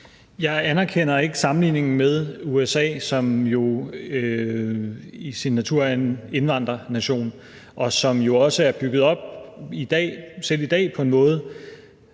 Jeg anerkender ikke sammenligningen med USA, som jo i sin natur er en indvandrernation, og som jo også selv i dag er bygget op på en måde